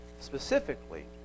specifically